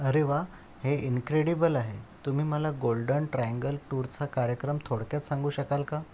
अरे वा हे इन्क्रेडिबल आहे तुम्ही मला गोल्डन ट्रायँगल टूरचा कार्यक्रम थोडक्यात सांगू शकाल का